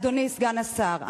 אדוני סגן השר,